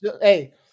hey